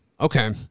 Okay